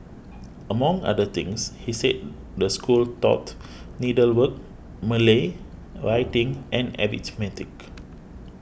among other things he said the school taught needlework Malay writing and arithmetic